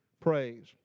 praise